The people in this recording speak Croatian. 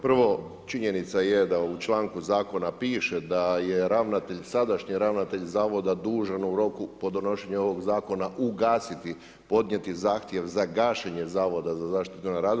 Prvo, činjenica je da u članku zakona piše da je ravnatelj, sadašnji ravnatelj Zavoda dužan u roku, po donošenju ovog zakona ugasiti podnijeti zahtjev za gašenje Zavoda za zaštitu na radu.